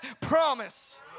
promise